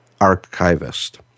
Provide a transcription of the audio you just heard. archivist